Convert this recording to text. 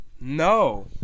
No